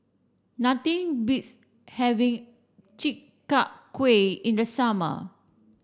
nothing beats having Chi Kak Kuih in the summer